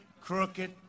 crooked